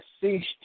ceased